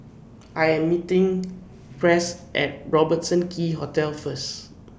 I Am meeting Press At Robertson Quay Hotel First